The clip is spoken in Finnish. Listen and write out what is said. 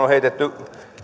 on heitetty